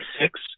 six